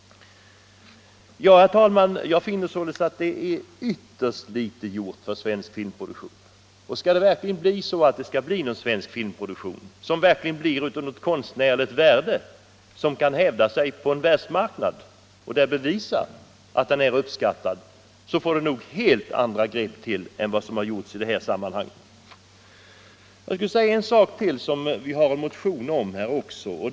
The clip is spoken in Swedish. Herr talman! Jag finner således att det är ytterst litet gjort för svensk filmproduktion. Skall det bli någon svensk filmproduktion, som verkligen har konstnärligt värde och som kan hävda sig på en världsmarknad och där bevisa att den är uppskattad, måste helt andra grepp till än hittills. Jag skulle vilja säga en sak till som vi också har en motion om.